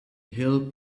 help